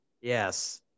Yes